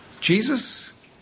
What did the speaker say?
Jesus